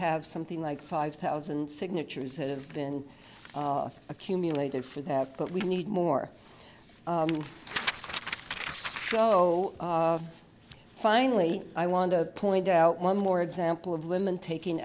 have something like five thousand signatures that have been accumulated for that but we need more so finally i want to point out one more example of women taking